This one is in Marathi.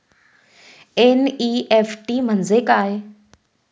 एन.इ.एफ.टी म्हणजे काय?